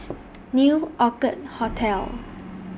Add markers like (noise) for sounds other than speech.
(noise) New Orchid Hotel